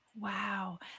Wow